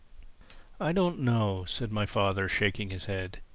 i don't know, said my father, shaking his head.